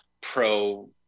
pro